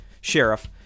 sheriff